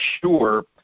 sure